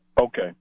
Okay